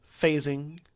Phasing